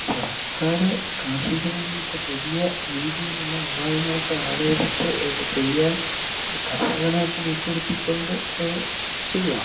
സർക്കാർ കാർഷികരംഗത്ത് പുതിയ രീതിയിലുള്ള ഉപായങ്ങളൊക്ക ആലോചിച്ച് ഇത് ചെയ്യാൻ കർഷകനെയൊക്ക ഉൾപ്പെടുത്തിക്കൊണ്ട് അത് ചെയ്യണം